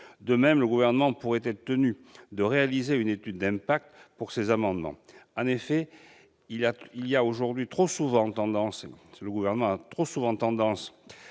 De même, le Gouvernement pourrait être tenu de réaliser une étude d'impact pour ses amendements. En effet, il a aujourd'hui trop souvent tendance à s'exonérer de